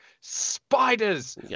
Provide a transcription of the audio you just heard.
spiders